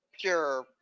pure